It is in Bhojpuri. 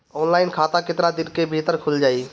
ऑनलाइन खाता केतना दिन के भीतर ख़ुल जाई?